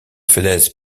falaise